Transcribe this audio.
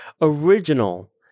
original